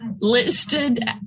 listed